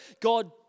God